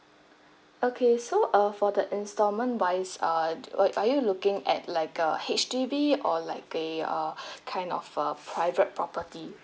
okay so uh for the installment wise err what are you looking at like a H_D_B or like the uh kind of a private property